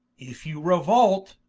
if you reuolt